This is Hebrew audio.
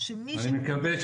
שמי שמדבר,